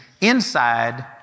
inside